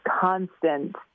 constant